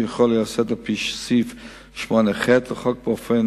ויכול להיעשות על-פי סעיף 8(ח) לחוק באופן